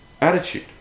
attitude